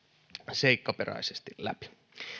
seikkaperäisesti läpi